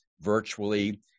virtually